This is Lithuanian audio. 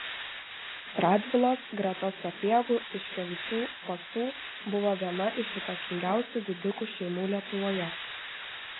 radvilos greta sapiegų tiškevičių pacų buvo viena iš įtakingiausių didikų šeimų lietuvoje